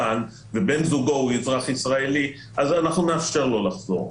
כאן ובן זוגו הוא אזרח ישראלי נאפשר לו לחזור.